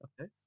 Okay